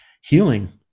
healing